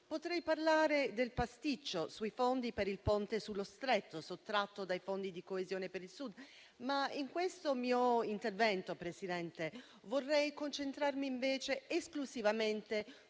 potrei parlare del pasticcio sui fondi per il Ponte sullo Stretto, sottratti dai fondi di coesione per il Sud, ma in questo mio intervento, Presidente, vorrei concentrarmi esclusivamente